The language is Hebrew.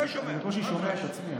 אני בקושי שומע את עצמי.